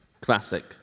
Classic